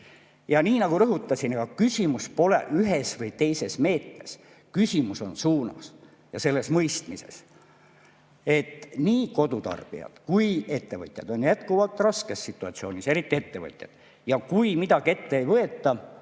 Nii nagu rõhutasin, ega küsimus pole ühes või teises meetmes, küsimus on suunas ja selles mõistmises, et nii kodutarbijad kui ka ettevõtjad on jätkuvalt raskes situatsioonis, eriti ettevõtjad. Kui midagi ette ei võeta,